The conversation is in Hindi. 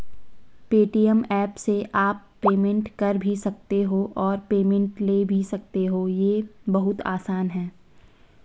पेटीएम ऐप से आप पेमेंट कर भी सकते हो और पेमेंट ले भी सकते हो, ये बहुत आसान है